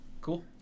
Cool